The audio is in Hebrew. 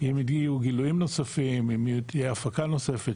יגיעו גילויים נוספים, אם תהיה הפקה נוספת